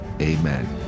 Amen